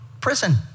prison